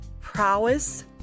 prowess